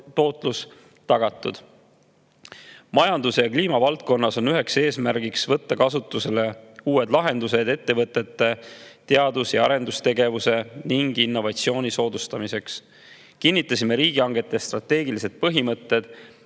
tootlus tagatud. Majandus- ja kliimavaldkonnas on üheks eesmärgiks võtta kasutusele uued lahendused ettevõtete teadus- ja arendustegevuse ning innovatsiooni soodustamiseks. Kinnitasime riigihangete strateegilised põhimõtted,